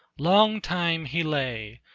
long time he lay,